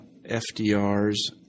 FDR's